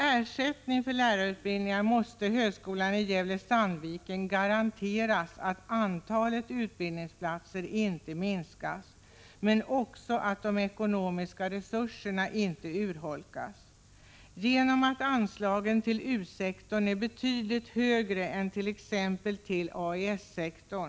Högskolan i Gävle-Sandviken måste som ersättning för lärarutbildningarna garanteras att antalet utbildningsplatser inte minskas och att de ekonomiska resurserna inte urholkas. Anslagen till U-sektorn är betydligt högre än t.ex. den som ges till AES-sektorn.